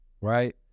right